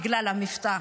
בגלל המבטא.